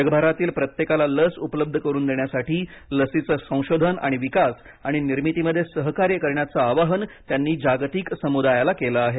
जगभरातील प्रत्येकाला लस उपलब्ध करून देण्यासाठी लसींचे संशोधन आणि विकास आणि निर्मितीमध्ये सहकार्य करण्याचे आवाहन त्यांनी जागतिक समुदायाला केले आहे